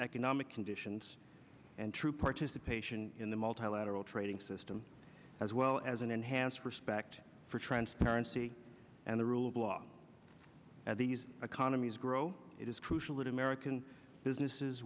conditions and true participation in the multilateral trading system as well as an enhanced respect for transparency and the rule of law at these economies grow it is crucial that american businesses